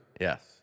Yes